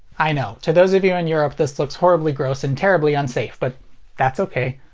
i know, to those of you in europe this looks horribly gross and terribly unsafe but that's ok.